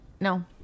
no